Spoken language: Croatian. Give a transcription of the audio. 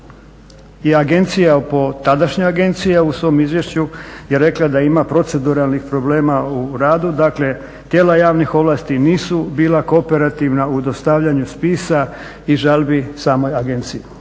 je agencija po tadašnjoj agenciji, a u svom izvješću je rekla da ima proceduralnih problema u radu, dakle tijela javnih ovlasti nisu bila kooperativna u dostavljanju spisa i žalbi samoj agenciji.